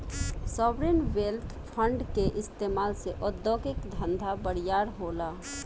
sovereign wealth fund के इस्तमाल से उद्योगिक धंधा बरियार होला